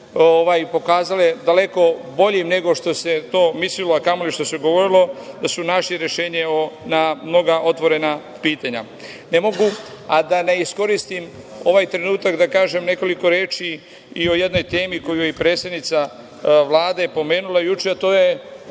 pokazale daleko boljim nego što se to mislilo, a kamoli što se govorilo, da su našli rešenje na mnoga otvorena pitanja. Ne mogu a da ne iskoristim ovaj trenutak da kažem nekoliko reči i o jednoj temi koju je i predsednica Vlade pomenula juče, a to je